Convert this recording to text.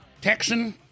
Texan